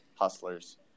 hustlers